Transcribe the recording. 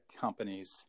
companies